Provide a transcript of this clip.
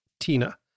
Tina